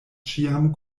ĉiam